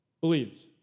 believes